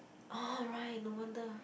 oh right no wonder